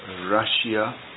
Russia